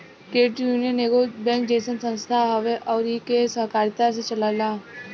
credit union एगो bank जइसन संस्था हवे अउर इ के सहकारिता से चलेला